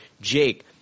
Jake